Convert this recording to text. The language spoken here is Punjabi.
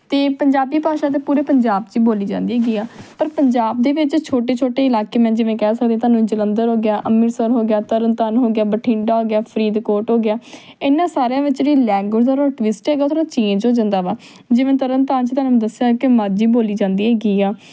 ਅਤੇ ਪੰਜਾਬੀ ਭਾਸ਼ਾ ਤਾਂ ਪੂਰੇ ਪੰਜਾਬ 'ਚ ਬੋਲੀ ਜਾਂਦੀ ਹੈਗੀ ਆ ਪਰ ਪੰਜਾਬ ਦੇ ਵਿੱਚ ਛੋਟੇ ਛੋਟੇ ਇਲਾਕੇ ਮੈਂ ਜਿਵੇਂ ਕਹਿ ਸਕਦੀ ਹਾਂ ਤੁਹਾਨੂੰ ਜਲੰਧਰ ਹੋ ਗਿਆ ਅੰਮ੍ਰਿਤਸਰ ਹੋ ਗਿਆ ਤਰਨ ਤਾਰਨ ਹੋ ਗਿਆ ਬਠਿੰਡਾ ਹੋ ਗਿਆ ਫਰੀਦਕੋਟ ਹੋ ਗਿਆ ਇਹਨਾਂ ਸਾਰਿਆਂ ਵਿੱਚ ਜਿਹੜੀ ਲੈਂਗੁਏਜ ਟਵਿਸਟ ਹੈਗਾ ਉਹ ਥੋੜ੍ਹਾ ਚੇਂਜ ਹੋ ਜਾਂਦਾ ਵਾ ਜਿਵੇਂ ਤਰਨ ਤਾਰਨ 'ਚ ਤੁਹਾਨੂੰ ਮੈਂ ਦੱਸਿਆ ਕਿ ਮਾਝੀ ਬੋਲੀ ਜਾਂਦੀ ਹੈਗੀ ਆ